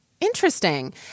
interesting